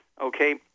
Okay